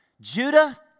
Judah